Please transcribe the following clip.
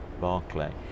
Barclay